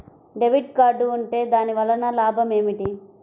Debit card ఉంటే దాని వలన లాభం ఏమిటీ?